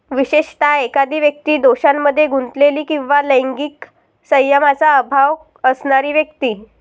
विशेषतः, एखादी व्यक्ती दोषांमध्ये गुंतलेली किंवा लैंगिक संयमाचा अभाव असणारी व्यक्ती